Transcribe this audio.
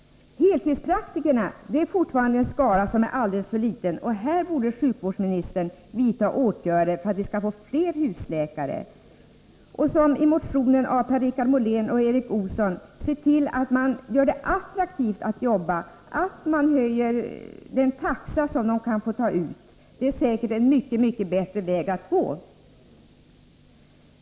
Heltidspraktikernas skara är fortfarande alldeles för liten. Här borde sjukvårdsministern vidta åtgärder för att vi skall få fler husläkare och, som föreslås i motionen av Per-Richard Molén och Erik Olsson, se till att man gör det attraktivt att jobba, genom attt.ex. höja den taxa som tandläkarna får ta ut. Det är säkert en mycket bättre väg att gå.